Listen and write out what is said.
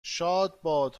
شادباد